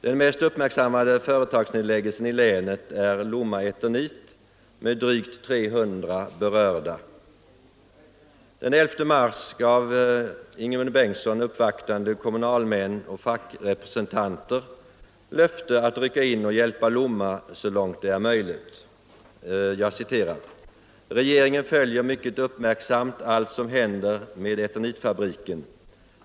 Den mest uppmärksammande företagsnedläggelsen i länet är Skandinaviska Eternit AB, Lomma, med drygt 300 berörda. Den 11 mars gav Ingemund Bengtsson uppvaktande kommunalmän och fackrepresentanter löfte att rycka in och hjälpa Lomma så långt det är möjligt. ”Regeringen följer mycket uppmärksamt allt som händer med Eternitfabriken.